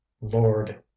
lord